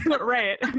right